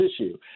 issue